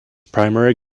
primary